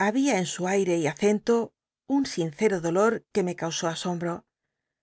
labia en su aire y acento un sincero dolor que me causó asombro